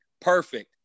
Perfect